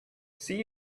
see